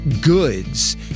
goods